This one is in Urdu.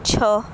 چھ